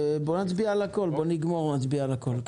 בוא נצביע על הכל, בוא נגמור ונצביע על הכל.